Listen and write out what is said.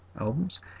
albums